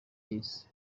y’isi